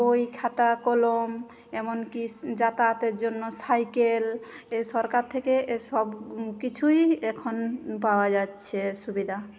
বই খাতা কলম এমনকিস যাতায়াতের জন্য সাইকেল এ সরকার থেকে এসব কিছুই এখন পাওয়া যাচ্ছে সুবিধা